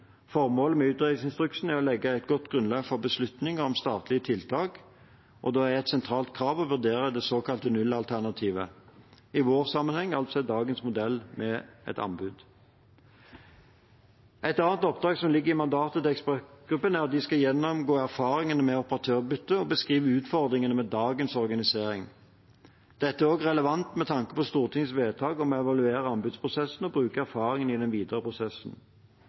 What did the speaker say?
Formålet med utredningsinstruksen er å legge et godt grunnlag for beslutninger om statlige tiltak, og da er et sentralt krav å vurdere det såkalte nullalternativet – i vår sammenheng altså dagens modell med et anbud. Et annet oppdrag som ligger i mandatet til ekspertgruppen, er at de skal gjennomgå erfaringene med operatørbyttet og beskrive utfordringene med dagens organisering. Dette er også relevant med tanke på Stortingets vedtak om å evaluere anbudsprosessen og bruke erfaringene i den videre prosessen.